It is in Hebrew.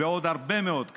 ועוד הרבה מאוד כאן.